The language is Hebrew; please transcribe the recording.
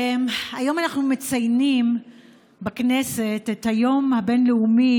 היום אנחנו מציינים בכנסת את היום הבין-לאומי